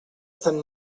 sant